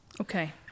okay